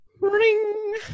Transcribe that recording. Ring